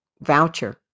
voucher